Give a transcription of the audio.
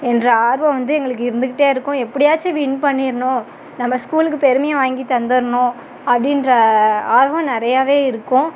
என்ற ஆர்வம் வந்து எங்களுக்கு இருந்துகிட்டே இருக்கும் எப்படியாச்சும் வின் பண்ணிடனும் நம்ப ஸ்கூலுக்கு பெருமையை வாங்கி தந்துடணும் அப்படின்ற ஆர்வம் நிறையவே இருக்கும்